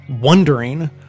wondering